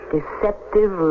Deceptive